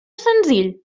senzill